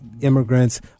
immigrants